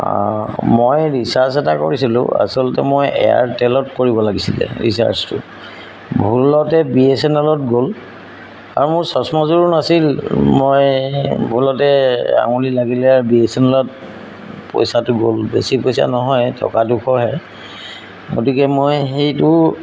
মই ৰিচাৰ্জ এটা কৰিছিলোঁ আচলতে মই এয়াৰটেলত কৰিব লাগিছিলে ৰিচাৰ্জটো ভুলতে বি এছ এন এলত গ'ল আৰু মোৰ চশমাযোৰো নাছিল মই ভুলতে আঙুলি লাগিলে আৰু বি এচ এন এলত পইচাটো গ'ল বেছি পইচা নহয় টকা দুশহে গতিকে মই সেইটো